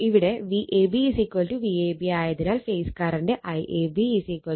ഇവിടെ VAB Vab ആയതിനാൽ phase current IAB Vab ZΔ 13